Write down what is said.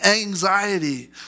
anxiety